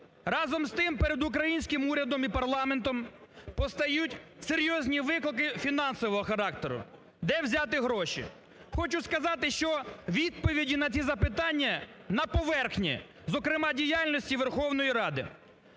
Разом із тим, перед українським урядом і парламентом постають серйозні виклики фінансового характеру: де взяти гроші? Хочу сказати, що відповіді на ці запитання на поверхні, зокрема, діяльності Верховної Ради.